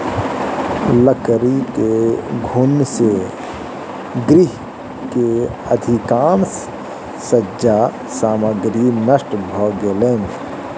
लकड़ी के घुन से गृह के अधिकाँश सज्जा सामग्री नष्ट भ गेलैन